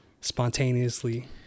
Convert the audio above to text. spontaneously